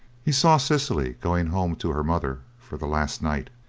he saw cecily going home to her mother for the last night,